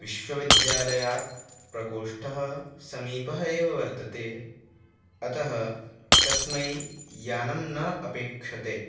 विश्वविद्यालयात् प्रकोष्ठः समीपः एव वर्तते अतः तस्मै यानं न अपेक्ष्यते